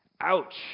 Ouch